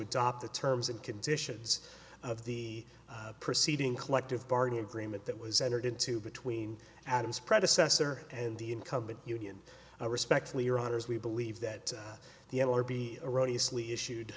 adopt the terms and conditions of the preceding collective bargaining agreement that was entered into between adams predecessor and the incumbent union or respectfully your honour's we believe that the n l r b erroneous lee issued